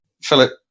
Philip